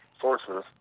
sources